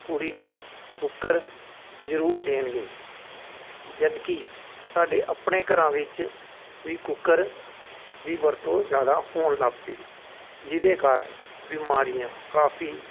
ਕੁੜੀ ਨੂੰ ਕੁੱਕਰ ਜ਼ਰੂਰ ਦੇਣਗੇ ਜਦੋਂ ਕਿ ਸਾਡੇ ਆਪਣੇ ਘਰਾਂ ਵਿੱਚ ਵੀ ਕੁੱਕਰ ਦੀ ਵਰਤੋਂ ਜ਼ਿਆਦਾ ਹੋਣ ਲੱਗ ਪਈ ਜਿਹਦੇ ਕਾਰਨ ਬਿਮਾਰੀਆਂ ਕਾਫੀ